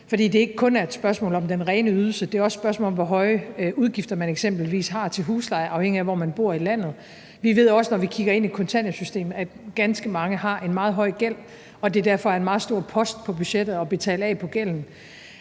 det er ikke kun et spørgsmål om den rene ydelse, det er også et spørgsmål om, hvor høje udgifter man eksempelvis har til husleje, afhængigt af hvor man bor i landet. Vi ved også, når vi kigger ind i kontanthjælpssystemet, at ganske mange har en meget høj gæld, og at det derfor er en meget stor post på budgettet at betale af på gælden.